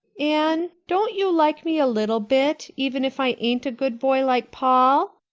anne, don't you like me a little bit, even if i ain't a good boy like paul?